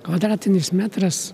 kvadratinis metras